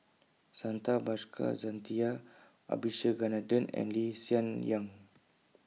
Santha Bhaskar Jacintha Abisheganaden and Lee Sien Yang